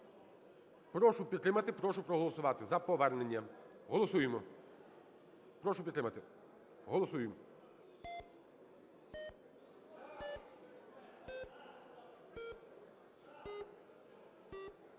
Прошу підтримати, прошу проголосувати за повернення. Голосуємо, прошу підтримати. Голосуємо.